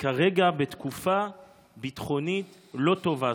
כרגע בתקופה ביטחונית לא טובה,